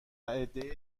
عدهای